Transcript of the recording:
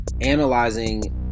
analyzing